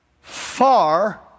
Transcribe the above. far